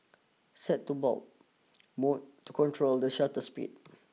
set to bulb mode to control the shutter speed